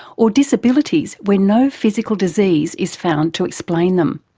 or disabilities where no physical disease is found to explain them.